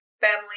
Family